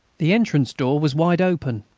the entrance door was wide open.